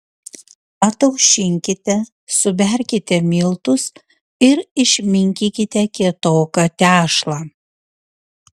ataušinkite suberkite miltus ir išminkykite kietoką tešlą